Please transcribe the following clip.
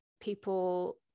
people